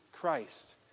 Christ